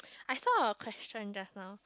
I saw a question just now